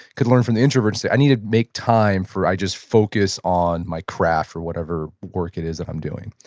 could learn from the introvert and say, i need to make time for i just focus on my craft or whatever work it is that i'm doing.